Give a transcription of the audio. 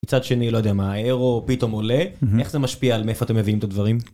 צד שני לא יודע מה, האירו פתאום עולה, איך זה משפיע על מאיפה אתם מביאים את הדברים?